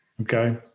Okay